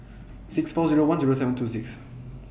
six four Zero one Zero seven two six